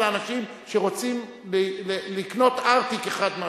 על אנשים שרוצים לקנות ארטיק האחד מהשני?